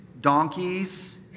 donkeys